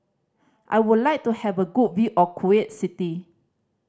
I would like to have a good view of Kuwait City